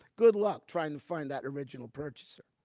good luck trying to find that original purchaser.